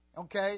Okay